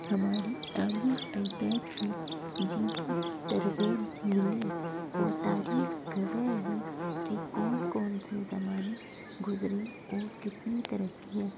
ہمارے آبا و اجداد سے جینے کی ترغیب ملی اور تاریخ گواہ ہے کہ کون کون سے زمانے گزرے اور کتنی ترقیاں